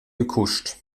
gekuscht